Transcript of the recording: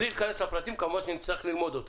בלי להיכנס לפרטים, כמובן שנצטרך ללמוד אותם.